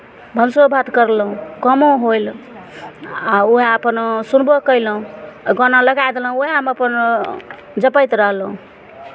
भानसो भात करलहुँ कामो होइल आ उएह अपन सुनबो कयलहुँ आ गाना लगाए देलहुँ उएहमे अपन जपैत रहलहुँ